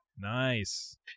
Nice